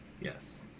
Yes